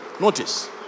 Notice